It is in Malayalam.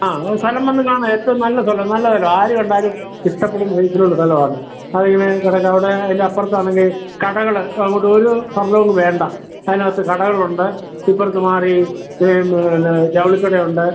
ആ നിങ്ങൾ സ്ഥലം വന്ന് കാണ് ഏറ്റവും നല്ല സ്ഥലം നല്ല സ്ഥലം ആര് കണ്ടാലും ഇഷ്ടപ്പെടുന്ന ഇതിലുള്ള സ്ഥലമാണ് അതിങ്ങനെ കിടക്കവിടെ അതിൻറെ അപ്പുറത്താണെങ്കിൽ കടകൾ അങ്ങോട്ടൊരു ഫർലോംഗ് വേണ്ട അതിനകത്ത് കടകളുണ്ട് ഇപ്പുറത്ത് മാറി ജൗളി കടയുണ്ട്